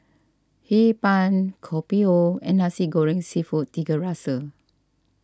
Hee Pan Kopi O and Nasi Goreng Seafood Tiga Rasa